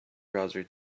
browser